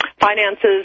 Finances